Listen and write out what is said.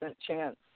chance